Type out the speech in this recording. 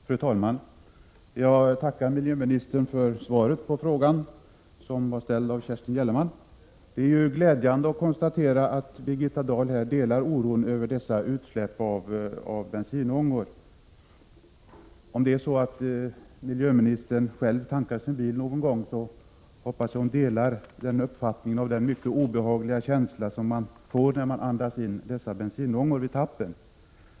Fru talman! Jag tackar miljöministern för svaret på frågan, som var ställd av Kerstin Gellerman. Det är glädjande att konstatera att Birgitta Dahl delar oron över utsläppen av bensinångor. Om miljöministern själv tankar sin bil någon gång, hoppas jag att hon delar uppfattningen att man får en mycket obehaglig känsla när man andas in bensinångorna vid tappstället.